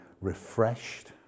refreshed